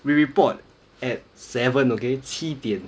we report at seven okay 七点